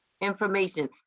information